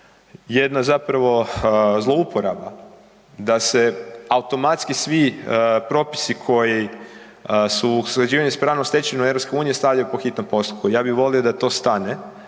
jedna zapravo zlouporaba da se automatski svi propisi koji su u sređivanju s pravnom stečevinom EU stavljaju pod hitnom postupku. Ja bi volio da to stane